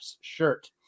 Shirt